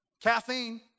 Caffeine